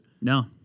No